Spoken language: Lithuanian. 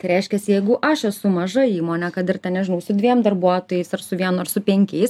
tai reiškiasi jeigu aš esu maža įmonė kad ir ten nežinau su dviem darbuotojais ar su vienu ar su penkiais